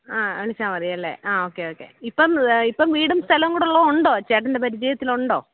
ആ വിളിച്ചാൽ മതിയല്ലേ ആ ഓക്കെ ഓക്കെ ഇപ്പം വീടും സ്ഥലം കൂടിയുള്ളതു കൊണ്ടോ ചേട്ടൻ്റെ പരിചയത്തിലുണ്ടോ